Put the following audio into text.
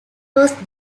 was